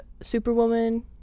Superwoman